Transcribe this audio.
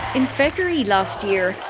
in february last year,